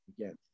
again